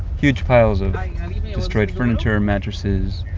huge piles of destroyed furniture mattresses,